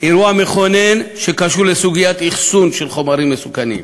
אירוע מכונן שקשור לסוגיית האחסון של חומרים מסוכנים,